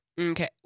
Okay